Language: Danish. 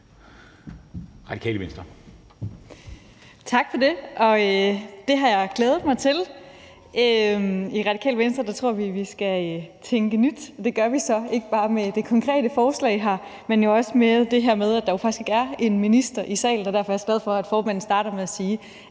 Rod (RV): Tak for det. Det har jeg glædet mig til. I Radikale Venstre tror vi, at vi skal tænke nyt, og det gør vi så ikke bare med det konkrete forslag her, men jo også ved det her med, at der jo faktisk ikke er en minister i salen; derfor er jeg glad for, at formanden startede med at sige,